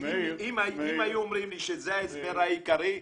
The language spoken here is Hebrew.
אם היו אומרים לי שזה ההסבר העיקרי,